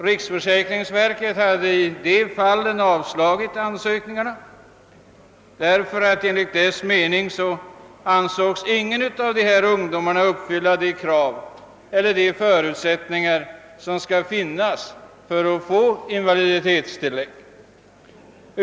Riksförsäkringsverket hade i de fallen avslagit ansökningarna — enligt dess mening uppfyllde ingen av dessa ungdomar kraven för att få invaliditetstillägg.